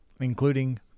including